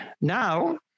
Now